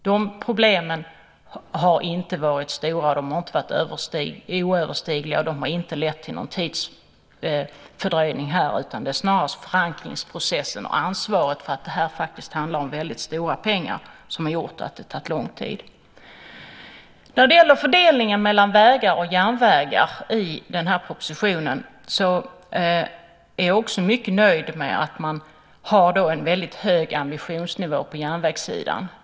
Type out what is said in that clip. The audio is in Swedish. De problemen har inte varit stora, har inte varit oöverstigliga och har inte lett till någon tidsfördröjning. Det är snarast förankringsprocessen och ansvaret för att det handlar om väldigt stora pengar som har gjort att det tagit lång tid. När det gäller fördelningen mellan vägar och järnvägar i propositionen är jag också mycket nöjd med att man har en väldigt hög ambitionsnivå på järnvägssidan.